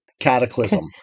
cataclysm